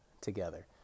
together